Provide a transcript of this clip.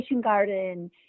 garden